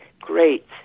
great